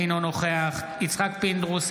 אינו נוכח יצחק פינדרוס,